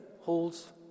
holds